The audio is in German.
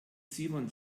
simon